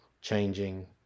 changing